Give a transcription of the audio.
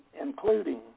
including